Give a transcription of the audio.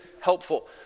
helpful